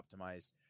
optimized